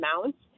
amounts